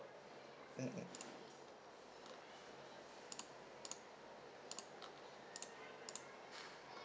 mm mm